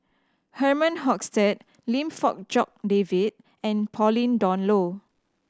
Herman Hochstadt Lim Fong Jock David and Pauline Dawn Loh